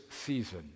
season